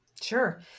Sure